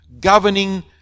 governing